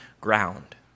ground